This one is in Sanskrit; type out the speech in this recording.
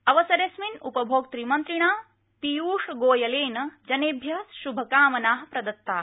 अवसरेऽस्मिन् उपभोक्तृ मन्त्रिणा पीयूष गोयलेन जनेभ्य शुभकामना प्रदत्ता